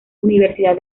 universidad